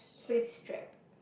spaghetti strap